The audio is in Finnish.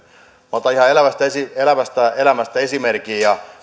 otan ihan elävästä elävästä elämästä esimerkin